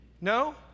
No